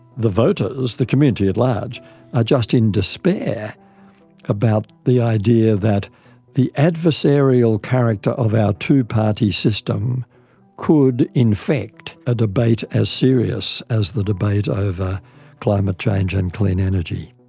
the voters, the community at large, are just in despair about the idea that the adversarial character of our two party system could infect a debate as serious as the debate over climate change and clean energy.